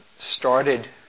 started